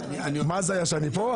מה הזיה, שאני פה?